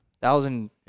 Thousand